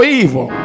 evil